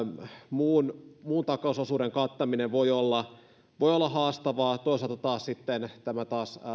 muun takausosuuden kattaminen voi olla haastavaa toisaalta taas sitten tämän